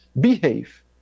behave